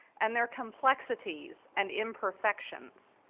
and their complexities and imperfections.